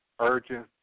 urgent